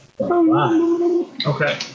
Okay